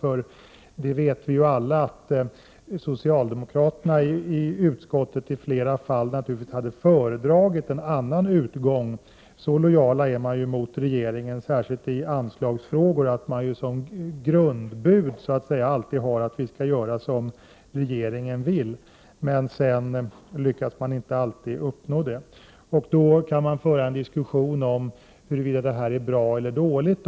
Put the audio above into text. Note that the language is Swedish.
Vi vet ju alla att socialdemokraterna i utskottet i flera fall naturligtvis hade föredragit en annan utgång men ändå inte reserverat sig. Så lojal är man ju mot regeringen, särskilt i anslagsfrågor, att man som alltid utgår från att utskottet skall göra som regeringen vill. Sedan lyckas man inte alltid uppnå det. Man kan sedan föra en diskussion om huruvida detta är bra eller dåligt.